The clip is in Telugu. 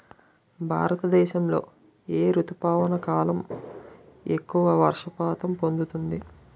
భారతదేశంలో ఏ రుతుపవన కాలం ఎక్కువ వర్షపాతం పొందుతుంది?